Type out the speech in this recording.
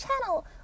channel